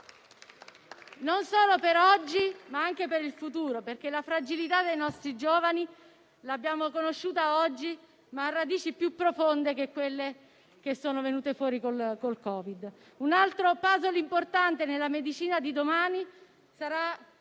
non solo per oggi, ma anche per il futuro, perché la fragilità dei nostri giovani l'abbiamo conosciuta oggi, ma ha radici più profonde di quelle venute fuori con il Covid. Un'altra parte importante del *puzzle* nella medicina di domani sarà